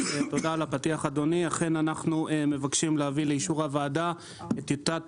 אנחנו מגישים לאישור הוועדה את טיוטת